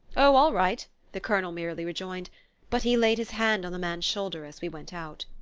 oh, all right, the colonel merely rejoined but he laid his hand on the man's shoulder as we went out.